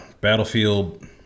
Battlefield